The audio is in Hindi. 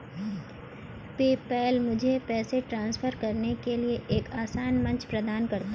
पेपैल मुझे पैसे ट्रांसफर करने के लिए एक आसान मंच प्रदान करता है